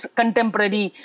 Contemporary